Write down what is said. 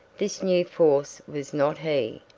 this new force was not he,